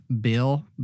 bill